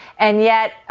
and yet,